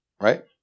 Right